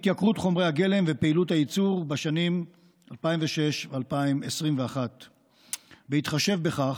התייקרות חומרי הגלם ופעילות הייצור בשנים 2006 2021. בהתחשב בכך,